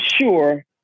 sure